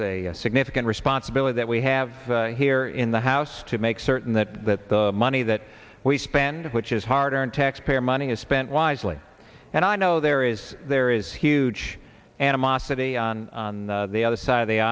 s a significant responsibility that we have here in the house to make certain that that the money that we spend which is hard earned tax payer money is spent wisely and i know there is is huge animosity on the other side of the